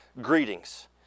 greetings